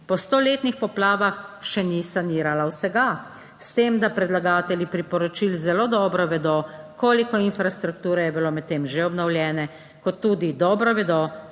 po stoletnih poplavah še ni sanirala vsega, s tem da predlagatelji priporočil zelo dobro vedo, koliko infrastrukture je bilo medtem že obnovljene, kot tudi dobro vedo